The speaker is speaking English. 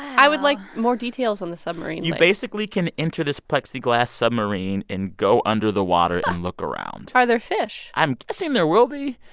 i would like more details on the submarine lake you basically can enter this plexiglass submarine and go under the water and look around are there fish? i'm guessing there will be.